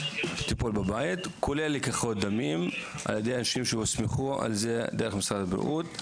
בבית כולל לקיחות דמים על ידי אנשים שהוסמכו לזה על ידי משרד הבריאות.